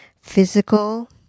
physical